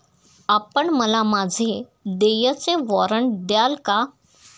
आपण मला माझे देयचे वॉरंट द्याल का?